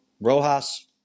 Rojas